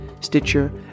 Stitcher